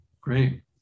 great